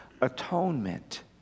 atonement